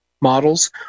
models